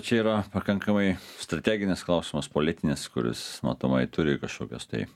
čia yra pakankamai strateginis klausimas politinis kuris matomai turi kažkokios tai